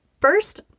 First